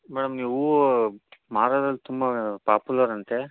madam ನೀವು ಹೂವು ಮಾರೋದ್ರಲ್ಲಿ ತುಂಬ ಪಾಪುಲರಂತೆ